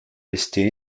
resté